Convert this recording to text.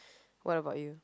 what about you